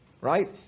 right